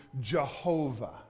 Jehovah